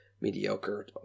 mediocre